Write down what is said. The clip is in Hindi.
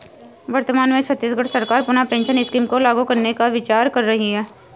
वर्तमान में छत्तीसगढ़ सरकार पुनः पेंशन स्कीम को लागू करने का विचार कर रही है